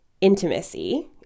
intimacy